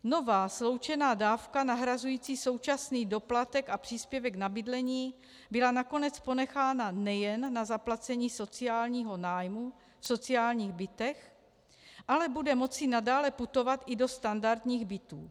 Nová sloučená dávka nahrazující současný doplatek a příspěvek na bydlení byla nakonec ponechána nejen na zaplacení sociálního nájmu v sociálních bytech, ale bude moci nadále putovat i do standardních bytů.